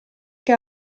che